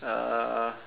uh